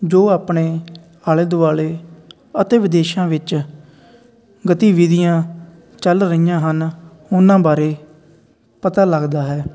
ਜੋ ਆਪਣੇ ਆਲੇ ਦੁਆਲੇ ਅਤੇ ਵਿਦੇਸ਼ਾਂ ਵਿੱਚ ਗਤੀਵਿਧੀਆਂ ਚੱਲ ਰਹੀਆਂ ਹਨ ਉਹਨਾਂ ਬਾਰੇ ਪਤਾ ਲੱਗਦਾ ਹੈ